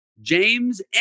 James